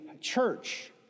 church